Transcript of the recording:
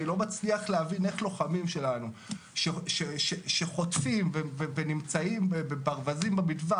אני לא מצליח להבין איך לוחמים שלנו שחוטפים ונמצאים ברווזים במטווח.